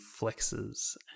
flexes